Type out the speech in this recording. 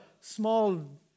small